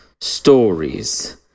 stories